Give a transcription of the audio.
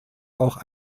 auch